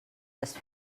les